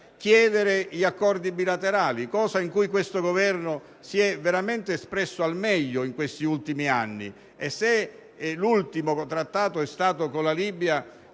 chiedere accordi bilaterali, cosa in cui questo Governo si è veramente espresso al meglio in questi ultimi anni. Se l'ultimo trattato è stato con la Libia,